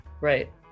Right